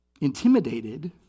intimidated